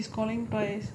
so